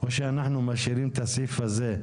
או שאנחנו משאירים את הסעיף הזה,